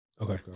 Okay